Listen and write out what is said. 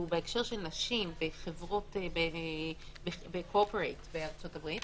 שהוא בהקשר של נשים ב-cooperate בארצות הברית.